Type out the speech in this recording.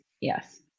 yes